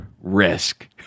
risk